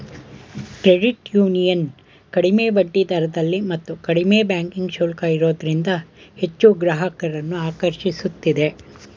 credit union ಕಡಿಮೆ ಬಡ್ಡಿದರದಲ್ಲಿ ಮತ್ತು ಕಡಿಮೆ ಬ್ಯಾಂಕಿಂಗ್ ಶುಲ್ಕ ಇರೋದ್ರಿಂದ ಹೆಚ್ಚು ಗ್ರಾಹಕರನ್ನು ಆಕರ್ಷಿಸುತ್ತಿದೆ